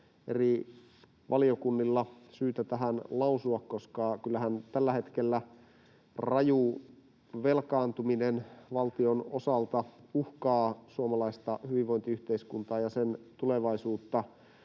eri valiokunnilla syytä tähän lausua, koska kyllähän tällä hetkellä raju velkaantuminen valtion osalta uhkaa suomalaista hyvinvointiyhteiskuntaa ja sen tulevaisuutta,